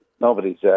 nobody's